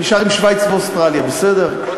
אני נשאר עם שווייץ ואוסטרליה, בסדר?